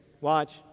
Watch